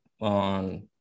on